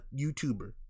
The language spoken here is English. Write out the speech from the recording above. YouTuber